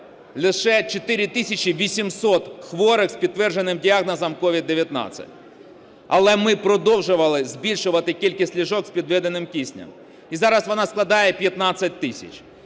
тисячі 800 хворих з підтвердженим діагнозом COVID-19, але ми продовжували збільшувати кількість ліжок з підведеним киснем, і зараз вона складає 15 тисяч.